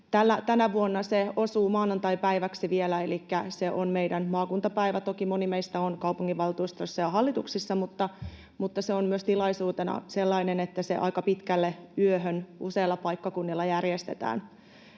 Tänä vuonna se osuu maanantaipäiväksi, elikkä se on meidän maakuntapäivä ja toki moni meistä on kaupunginvaltuustossa ja hallituksissa, mutta se on myös tilaisuutena sellainen, että se aika pitkälle yöhön useilla paikkakunnilla järjestetään.